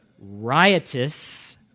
riotous